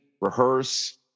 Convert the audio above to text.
rehearse